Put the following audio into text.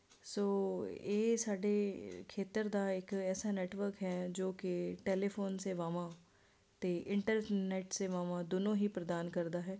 ਸੋ ਇਹ ਸਾਡੇ ਖੇਤਰ ਦਾ ਇੱਕ ਐਸਾ ਨੈਟਵਰਕ ਹੈ ਜੋ ਕਿ ਟੈਲੀਫੋਨ ਸੇਵਾਵਾਂ ਅਤੇ ਇੰਟਰਨੈਟ ਸੇਵਾਵਾਂ ਦੋਨੋਂ ਹੀ ਪ੍ਰਦਾਨ ਕਰਦਾ ਹੈ